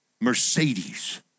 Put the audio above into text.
Mercedes